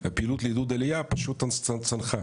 הפעילות לעידוד עלייה פשוט צנחה